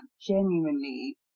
genuinely